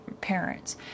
parents